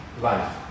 life